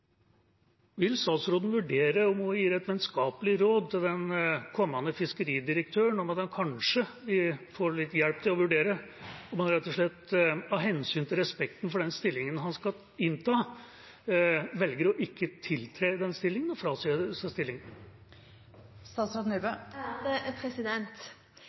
Vil statsråden vurdere å gi et vennskapelig råd til den kommende fiskeridirektøren om kanskje å få litt hjelp til å vurdere om han rett og slett av hensyn til respekten for den stillingen han skal innta, bør velge å ikke tiltre i stillingen,